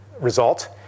result